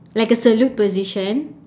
like a salute position